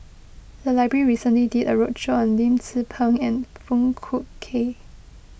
the library recently did a roadshow on Lim Tze Peng and Foong Fook Kay